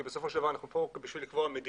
כי בסופו של דבר אנחנו פה בשביל לקבוע מדיניות,